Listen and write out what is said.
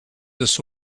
this